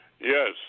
Yes